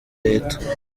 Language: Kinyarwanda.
leta